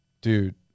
Dude